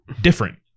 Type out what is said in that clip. different